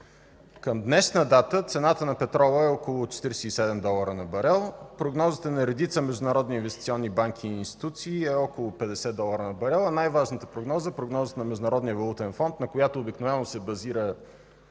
Към днешна дата цената на петрола е около 47 долара на барел. Прогнозите на редица международни инвестиционни банки и институции е около 50 долара на барел, а най-важната прогноза – на Международния валутен фонд, на която обикновено се базира